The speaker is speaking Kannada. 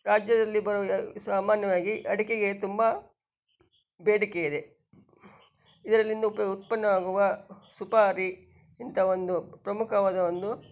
ರಾಜ್ಯದಲ್ಲಿ ಬರುವ ಸಾಮಾನ್ಯವಾಗಿ ಅಡಿಕೆಗೆ ತುಂಬ ಬೇಡಿಕೆ ಇದೆ ಇದರಲ್ಲಿಂದ ಉಪ ಉತ್ಪನ್ನವಾಗುವ ಸುಪಾರಿ ಇಂಥ ಒಂದು ಪ್ರಮುಖವಾದ ಒಂದು